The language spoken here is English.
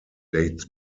dates